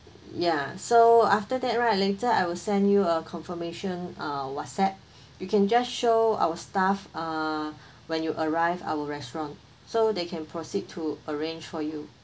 ya so after that right later I will send you a confirmation uh whatsapp you can just show our staff uh when you arrive our restaurant so they can proceed to arrange for you